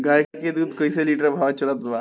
गाय के दूध कइसे लिटर भाव चलत बा?